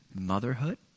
motherhood